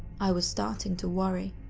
i was starting to worry.